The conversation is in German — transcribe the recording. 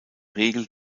regel